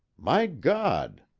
my god!